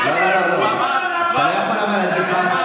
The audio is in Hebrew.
חבר הכנסת איימן עודה,